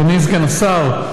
אדוני סגן השר,